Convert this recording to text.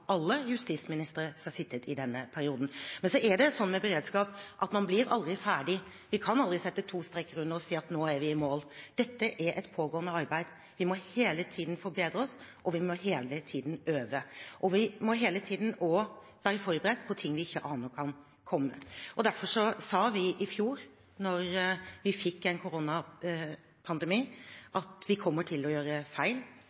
alle justisministre som har sittet i denne perioden. Men så er det sånn med beredskap at man aldri blir ferdig. Vi kan aldri sette to streker under og si at nå er vi i mål. Dette er et pågående arbeid. Vi må hele tiden forbedre oss, vi må hele tiden øve, og vi må hele tiden også være forberedt på ting vi ikke aner kan komme. Derfor sa vi i fjor da vi fikk en koronapandemi, at vi kommer til å gjøre feil,